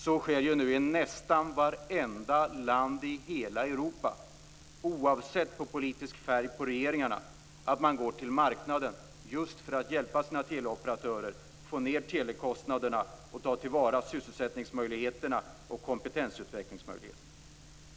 Så sker nu i nästan varje land i hela Europa, oavsett färg på regeringarna. De går till marknaden just för att hjälpa teleoperatörerna att få ned telekostnaderna och ta till vara sysselsättningsmöjligheterna och möjligheterna till kompetensutveckling.